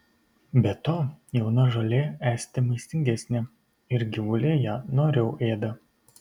be to jauna žolė esti maistingesnė ir gyvuliai ją noriau ėda